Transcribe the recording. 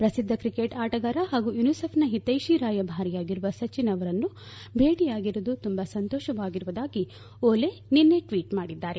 ಪ್ರಸಿದ್ದ ಕ್ರಿಕೆಟ್ ಆಟಗಾರ ಹಾಗೂ ಯುನಿಸೆಫ್ನ ಹಿತ್ವೆಂಿ ರಾಯಭಾರಿಯಾಗಿರುವ ಸಚಿನ್ ಅವರನ್ನು ಭೇಟಿಯಾಗಿರುವುದು ತುಂಬಾ ಸಂತೋಷವಾಗಿರುವುದಾಗಿ ಓಲಿ ನಿನ್ನೆ ಟ್ಲೀಟ್ ಮಾಡಿದ್ದಾರೆ